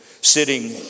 sitting